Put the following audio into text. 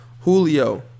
Julio